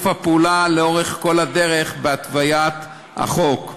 הפעולה לאורך כל הדרך בהתוויית החוק.